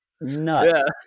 nuts